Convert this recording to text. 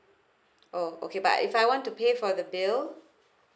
oh okay but if I want to pay for the bill